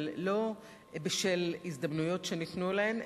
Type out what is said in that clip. אבל לא בשל הזדמנויות שניתנו להן,